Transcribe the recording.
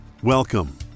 Welcome